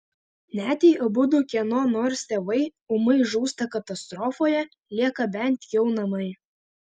net jei abudu kieno nors tėvai ūmai žūsta katastrofoje lieka bent jau namai